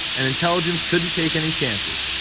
and intelligence couldn't take any chances.